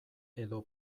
edo